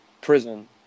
prison